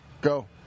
Go